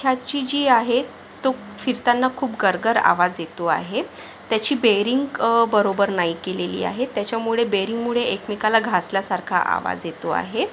ख्याची जी आहे तो फिरताना खूप गरगर आवाज येतो आहे त्याची बेरिंक बरोबर नाही केलेली आहे त्याच्यामुळे बेरिंगमुळे एकमेकाला घासल्यासारखा आवाज येतो आहे